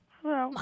Hello